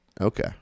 Okay